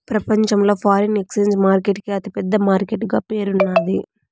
ప్రపంచంలో foreign exchange market కి అతి పెద్ద మార్కెట్ గా పేరున్నాది